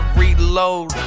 reload